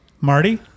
Marty